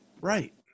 right